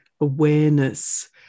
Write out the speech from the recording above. awareness